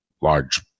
large